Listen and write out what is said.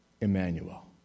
Emmanuel